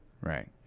right